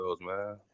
man